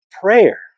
Prayer